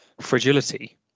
fragility